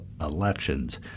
elections